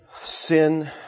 Sin